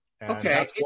Okay